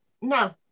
no